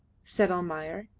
said almayer,